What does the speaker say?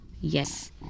yes